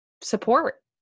support